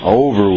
over